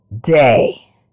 day